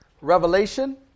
Revelation